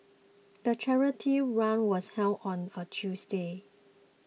the charity run was held on a Tuesday